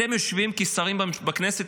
אתם יושבים כשרים בכנסת,